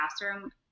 classroom